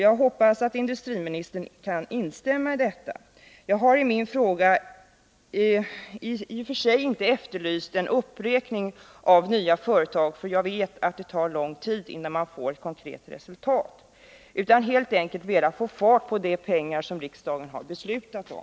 Jag hoppas att industriministern kan instämma i detta. Jag har i min fråga i och för sig inte efterlyst en uppräkning av nya företag, för jag vet att det tar mycket lång tid innan man får fram ett konkret resultat. Jag har helt enkelt velat få fart på de pengar som riksdagen har beslutat om.